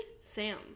Sam